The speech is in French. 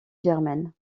germaine